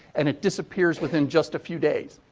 and it disappears within just a few days.